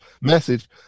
message